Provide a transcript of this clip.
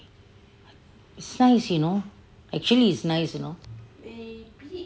it's nice you know actually it's nice you know